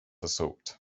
assault